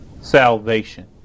salvation